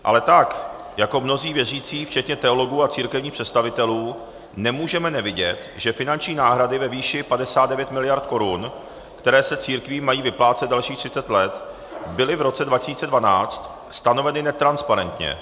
Ale tak jako mnozí věřící včetně teologů a církevních představitelů nemůžeme nevidět, že finanční náhrady ve výši 59 miliard korun, které se církvím mají vyplácet dalších třicet let, byly v roce 2012 stanoveny netransparentně.